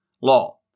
Law